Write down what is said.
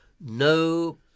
no